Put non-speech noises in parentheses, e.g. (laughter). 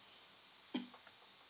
(coughs)